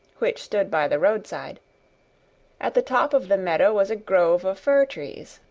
which stood by the roadside at the top of the meadow was a grove of fir trees,